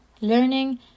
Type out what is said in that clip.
learning